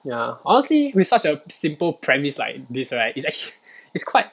ya honestly with such a simple premise like this right is actually is quite